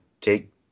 take